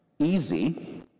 easy